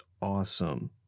awesome